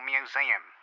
Museum